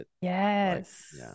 Yes